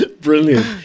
Brilliant